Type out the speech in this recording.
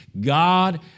God